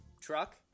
truck